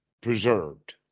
preserved